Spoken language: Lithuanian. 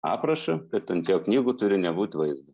aprašą kad ant jo knygų turi nebūt vaizdo